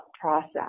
process